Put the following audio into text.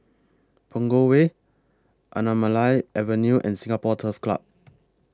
Punggol Way Anamalai Avenue and Singapore Turf Club